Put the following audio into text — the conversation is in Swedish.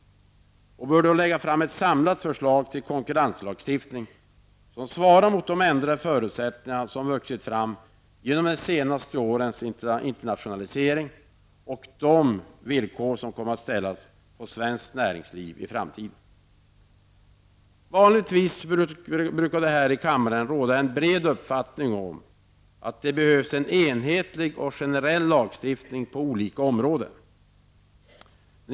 Den bör då lägga fram ett samlat förslag till konkurrenslagstiftning som svarar mot de ändrade förutsättningar som vuxit fram genom de senaste årens internationalisering och mot de villkor som kommer att ställas för svenskt näringsliv i framtiden. Vanligtvis brukar det här i kammaren råda en bred uppfattning om att det behövs en enhetlig och generell lagstiftning på olika områden.